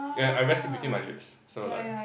yeah I rest it between my lips so like